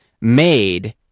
made